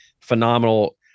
phenomenal